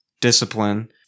discipline